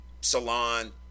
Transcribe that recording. salon